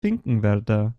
finkenwerder